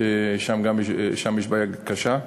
ששם יש בעיה קשה,